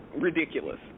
ridiculous